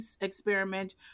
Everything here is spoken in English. experiment